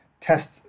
test